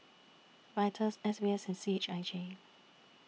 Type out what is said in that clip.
Vital S B S C H I J